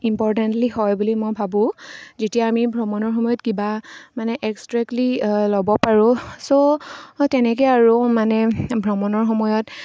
importantly হয় বুলি মই ভাবোঁ যেতিয়া আমি ভ্ৰমণৰ সময়ত কিবা মানে এক্সট্ৰেক্টলি ল'ব পাৰোঁ ছ' তেনেকৈ আৰু মানে ভ্ৰমণৰ সময়ত